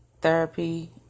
therapy